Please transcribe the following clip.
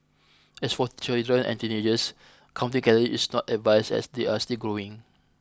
as for children and teenagers counting calories is not advised as they are still growing